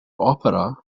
opera